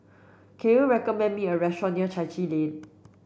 can you recommend me a restaurant near Chai Chee Lane